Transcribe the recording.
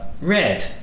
red